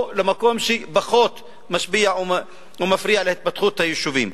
או למקום שפחות משפיע או מפריע להתפתחות היישובים.